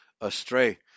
astray